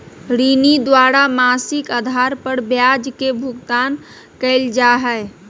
ऋणी द्वारा मासिक आधार पर ब्याज के भुगतान कइल जा हइ